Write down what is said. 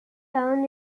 town